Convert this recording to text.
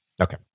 Okay